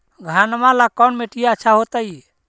घनमा ला कौन मिट्टियां अच्छा होतई?